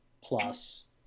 plus